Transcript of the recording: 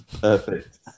perfect